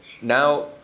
now